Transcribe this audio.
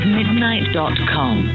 midnight.com